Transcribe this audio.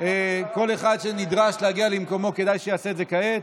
כל אחד שנדרש להגיע למקומו כדאי שיעשה את זה כעת.